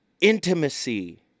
intimacy